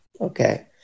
okay